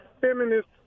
feminist